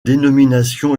dénomination